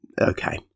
okay